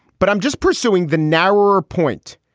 but i'm just pursuing the narrower point.